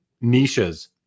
niches